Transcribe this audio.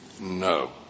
No